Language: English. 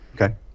Okay